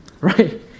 Right